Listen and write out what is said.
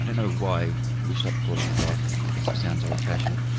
and know why we stopped calling it that, i guess it sounds old-fashioned.